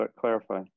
clarify